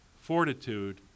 fortitude